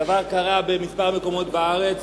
הדבר קרה בכמה מקומות בארץ,